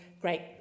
great